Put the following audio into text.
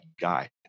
guy